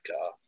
car